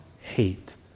hate